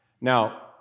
Now